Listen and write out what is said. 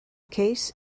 case